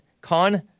con